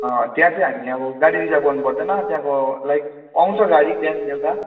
त्यहाँ चाहिँ हामी अब गाडी रिजर्भ गर्नुपर्दैन त्यहाँको लागि पाउँछ गाडी बिहान बेलुका